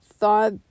thought